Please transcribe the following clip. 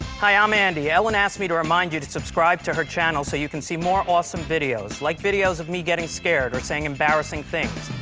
hi, i'm um andy. ellen asked me to remind you to subscribe to her channel so you can see more awesome videos, like videos of me getting scared or saying embarrassing things,